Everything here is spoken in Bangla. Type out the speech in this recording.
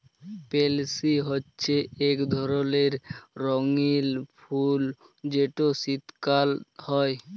পেলসি হছে ইক ধরলের রঙ্গিল ফুল যেট শীতকাল হ্যয়